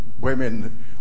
women